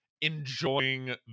enjoying